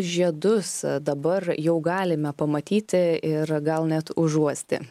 žiedus dabar jau galime pamatyti ir gal net užuosti